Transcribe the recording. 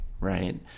right